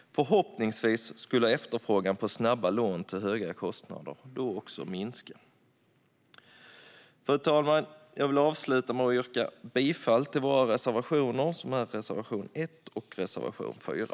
Förhoppningsvis skulle efterfrågan på snabba lån till höga kostnader då också minska. Fru talman! Jag vill avsluta med att yrka bifall till våra reservationer, reservation 1 och reservation 4.